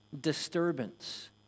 disturbance